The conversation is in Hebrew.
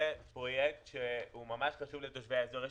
אדוני, זה פרויקט ממש חשוב לתושבי האזור.